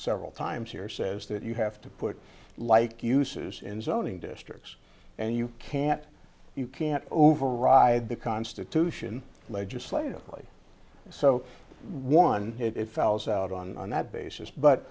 several times here says that you have to put like uses in zoning districts and you can't you can't override the constitution legislatively so one it fells out on that basis but